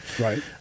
Right